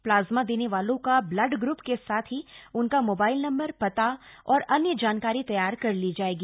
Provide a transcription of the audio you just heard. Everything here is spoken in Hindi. प्लाज्मा देने वालों का ब्लड ग्र्प के साथ ही उनका मोबाइल नंबर पता और अन्य जानकारी तैयार कर ली जायेगी